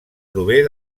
prové